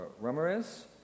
Ramirez